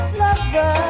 lover